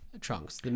Trunks